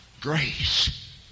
grace